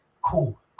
cool